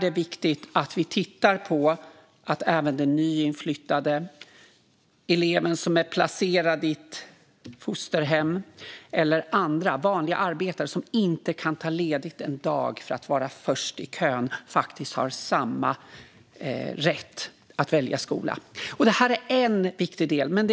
Det är viktigt att vi tittar på att även en nyinflyttad elev, en elev som är placerad i ett fosterhem eller barn till andra, vanliga arbetare som inte kan ta ledigt för att vara först i kön ska ha samma rätt att välja skola. Det är en viktig del.